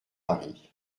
paris